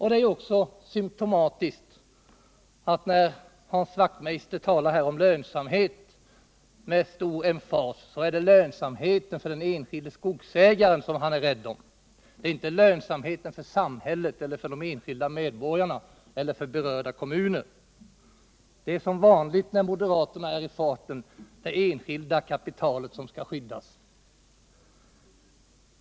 Det är också symtomatiskt att när Hans Wachtmeister här talar om lönsamhet med stor emfas det lönsamheten för den enskilde skogsägaren som han är rädd om; det är inte lönsamheten för samhället eller för de enskilda medborgarna eller för berörda kommuner han tänker på. Som vanligt när moderaterna är i farten är det det enskilda kapitalet som skall skyddas!